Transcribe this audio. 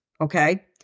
okay